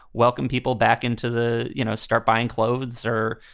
welcome people back into the, you know, start buying clothes or,